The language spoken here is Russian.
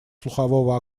слухового